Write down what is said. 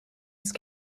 jetzt